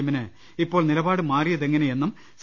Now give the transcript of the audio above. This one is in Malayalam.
എമ്മിന് ഇപ്പോൾ നിലപാട് മാറിയതെങ്ങനെയെന്നും സി